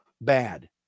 bad